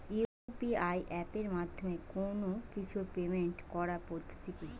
UPI এপের মাধ্যমে কোন কিছুর পেমেন্ট করার পদ্ধতি কি?